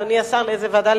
אדוני השר, לאיזו ועדה?